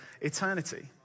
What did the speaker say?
eternity